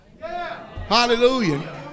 Hallelujah